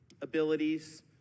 Abilities